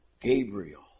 Gabriel